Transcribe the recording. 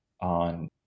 on